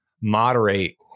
moderate